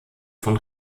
von